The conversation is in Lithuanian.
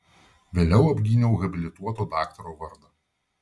vėliau apgyniau habilituoto daktaro vardą